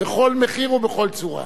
בכל מחיר ובכל צורה.